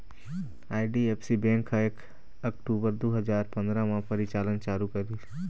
IDFC bank ह एक अक्टूबर दू हजार पंदरा म परिचालन चालू करिस